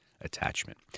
attachment